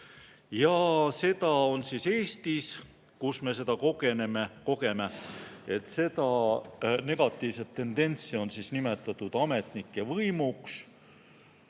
Ja seda on Eestis, kus me seda kogeme, seda negatiivset tendentsi on nimetatud ametnike võimuks.